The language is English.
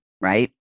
right